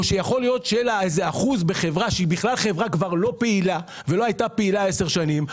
או שגם יכול להיות לה אחוז בחברה שכבר לא פעילה מזה עשר שנים.